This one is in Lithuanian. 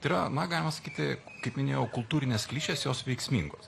tai yra na galima sakyti kaip minėjau kultūrinės klišės jos veiksmingos